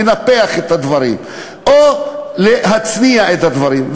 לנפח את הדברים או להצניע את הדברים.